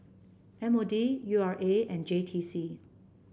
M O D U R A and J T C